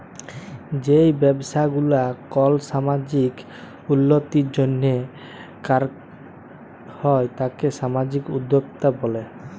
যেই ব্যবসা গুলা কল সামাজিক উল্যতির জন্হে করাক হ্যয় তাকে সামাজিক উদ্যক্তা ব্যলে